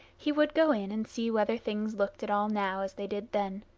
he would go in and see whether things looked at all now as they did then.